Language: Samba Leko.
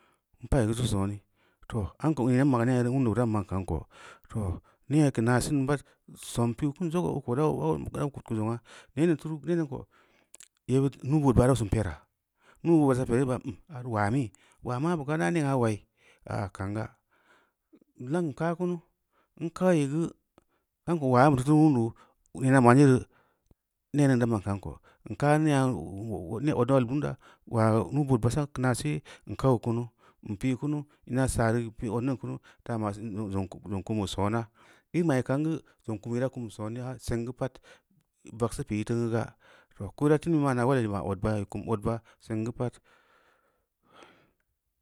N payi teu sooni, too amko neeno n ma’ nee reu ulunda buran ma’n kani ko, too nea keu naa sinneu pad som n pila kin zoga oo ko dau kud keu zongna, nee ningn tunu, nee ningn ko yebbid nuu-bood bo’ nuu sin pera, nuu-bood basa pereu yere da ban nu’ areu ulaa miyi? Waa maabu ga naa nea ulaayi, aa kanga, langn kaa kunu, n kaayi geu amko waa ambu teu wundu neena ma’n yereu nee ningn da ma’n kaani ko, n kaa nea odual bem da ulaa nuu-bood basa, keu naase n kau kunu, n pi’ kunu ina saa re ī pi’ odning kunu, taa ma’ sim zong kumbeu sona. I ma’i kangeu zong kumke ra kum soopi haa seng geu pad, vagseu pii i tamguu ga, ko ira teu nii ma’ ulal ī ma’ odba, ī kum odba seng geu pad.